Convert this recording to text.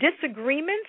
disagreements